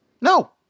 No